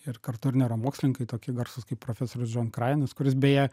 ir kartu ir nėra mokslininkai toki garsūs kaip profesorius džon krainas kuris beje